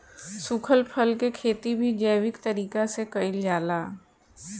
सुखल फल के खेती भी जैविक तरीका से कईल जाला